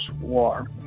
war